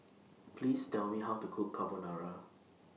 Please Tell Me How to Cook Carbonara